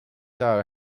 saa